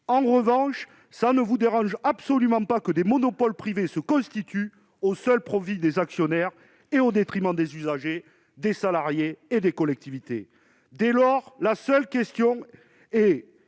En revanche, cela ne vous dérange absolument pas que des monopoles privés se constituent au seul profit des actionnaires et au détriment des usagers, des salariés et des collectivités. Dès lors, la seule question est